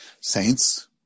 Saints